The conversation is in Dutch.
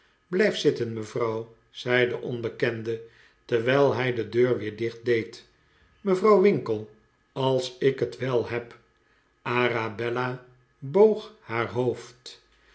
blijf zitten mevrouw zei de onbekende terwijl hij de deur weer dicht deed mevrouw winkle als ik het wel heb arabella boog haar hoofd